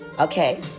Okay